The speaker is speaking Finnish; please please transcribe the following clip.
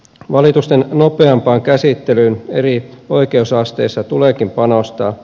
valitusten nopeampaan käsittelyyn eri oikeusasteissa tuleekin panostaa